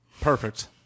Perfect